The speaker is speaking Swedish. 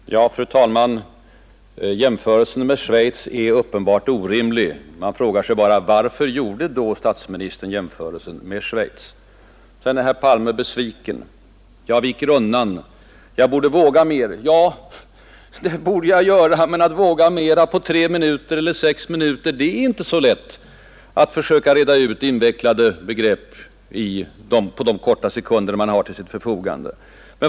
Fru talman! Ja, herr Palme, jämförelsen med Schweiz är uppenbart orimlig. Man frågar sig då varför statsministern gjorde den jämförelsen. Herr Palme är besviken över att jag ”viker undan”, och han säger att jag borde ”våga mer”. Ja, det borde jag göra, men att på tre eller sex minuter försöka reda ut invecklade begrepp är inte lätt.